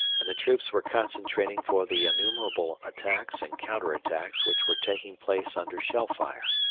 and the troops were concentrating for the innumerable attacks and counter-attacks which were taking place under shell fire.